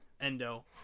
Endo